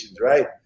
right